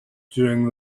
during